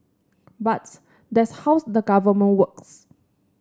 but that's how the Government works